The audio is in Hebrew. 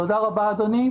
תודה רבה אדוני.